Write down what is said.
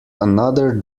another